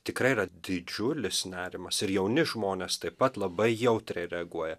tikrai yra didžiulis nerimas ir jauni žmonės taip pat labai jautriai reaguoja